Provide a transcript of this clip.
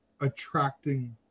attracting